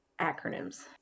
acronyms